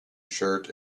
shirt